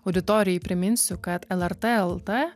auditorijai priminsiu kad lrt lt